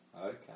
Okay